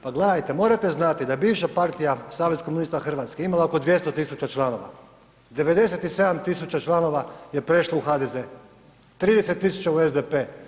Pa gledajte, morate znati da je bivša partija Savez komunista Hrvatske imala oko 200 tisuća članova, 97 tisuća članova je prešlo u HDZ, 30 tisuća u SDP.